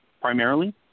primarily